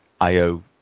IO